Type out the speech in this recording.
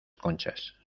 conchas